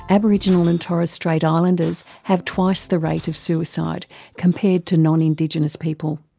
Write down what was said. aboriginal and torres strait islanders have twice the rate of suicide compared to non-indigenous people.